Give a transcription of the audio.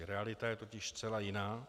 Realita je totiž zcela jiná.